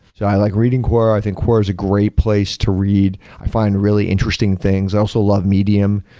so i like reading quora. i think quora is a great place to read. i find really interesting things. i also love medium.